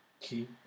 Key